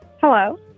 Hello